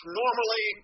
normally